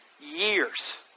years